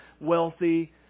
wealthy